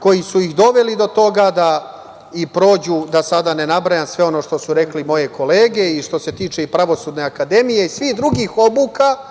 koji su ih doveli do toga, da prođu, da sada ne nabrajam sve ono što su rekle moje kolege, i što se tiče Pravosudne akademije i svih drugih obuka,